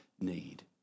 need